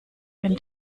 wenn